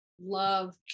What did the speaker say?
love